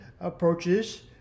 approaches